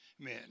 Amen